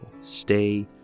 stay